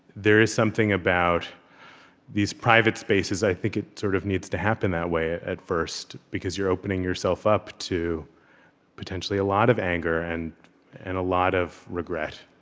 there is something about these private spaces. i think it sort of needs to happen that way at at first because you're opening yourself up to potentially a lot of anger and and a a lot of regret